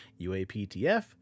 UAPTF